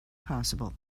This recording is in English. possible